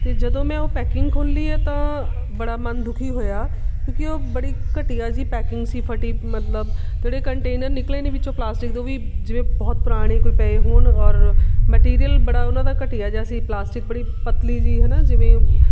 ਅਤੇ ਜਦੋਂ ਮੈਂ ਉਹ ਪੈਕਿੰਗ ਖੋਲ੍ਹੀ ਏ ਤਾਂ ਬੜਾ ਮਨ ਦੁਖੀ ਹੋਇਆ ਕਿਉਂਕਿ ਉਹ ਬੜੀ ਘਟੀਆ ਜਿਹੀ ਪੈਕਿੰਗ ਸੀ ਫਟੀ ਮਤਲਬ ਜਿਹੜੇ ਕੰਟੇਨਰ ਨਿਕਲੇ ਨੇ ਵਿੱਚੋਂ ਪਲਾਸਟਿਕ ਦੇ ਉਹ ਵੀ ਜਿਵੇਂ ਬਹੁਤ ਪੁਰਾਣੇ ਕੋਈ ਪਏ ਹੋਣ ਔਰ ਮੈਟੀਰੀਅਲ ਬੜਾ ਉਹਨਾਂ ਦਾ ਘਟੀਆ ਜਿਹਾ ਸੀ ਪਲਾਸਟਿਕ ਬੜੀ ਪਤਲੀ ਜੀ ਹੈ ਨਾ ਜਿਵੇਂ